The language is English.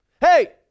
Hey